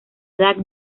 edad